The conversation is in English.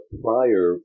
prior